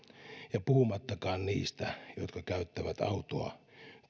puhumattakaan niistä jotka käyttävät autoa